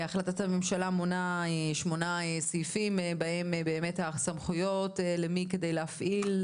החלטת הממשלה מונה שמונה סעיפים בהם באמת הסמכויות למי כדי להפעיל,